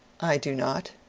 i do not.